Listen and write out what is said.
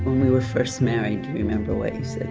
we were first married, you remember what you said